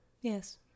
Yes